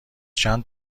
چند